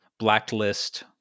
Blacklist